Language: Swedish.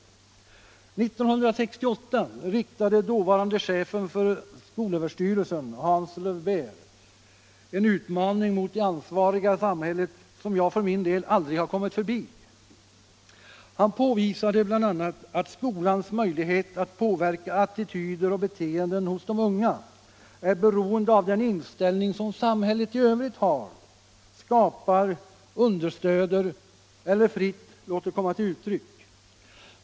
1968 riktade dåvarande chefen för SÖ, Hans Löwbeer, en utmaning mot de ansvariga i samhället, som jag för min del aldrig kommit förbi. Han påvisade bl.a. att skolans möjlighet att påverka attityder och beteenden hos de unga är beroende av den inställning som samhället i övrigt har, skapar, understöder eller fritt låter komma till uttryck.